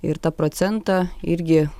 ir tą procentą irgi